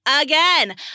Again